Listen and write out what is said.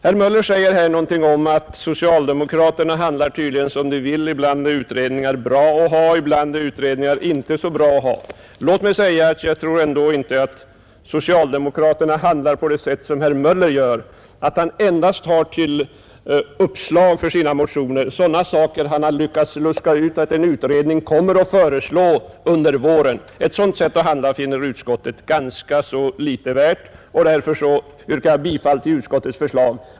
Herr Möller i Göteborg säger att socialdemokraterna handlar som de vill — ibland är utredningar bra att ha, ibland är de inte så bra att ha. Låt mig säga att jag inte tror att socialdemokraterna handlar på det sätt som herr Möller gör, då han i sina motioner endast tar till uppslag sådana saker som han lyckats luska ut att en utredning kommer att föreslå under våren. Ett sådant sätt att handla finner utskottet ganska litet värt, och därför yrkar jag bifall till utskottets förslag.